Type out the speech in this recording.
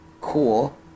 Cool